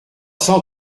cent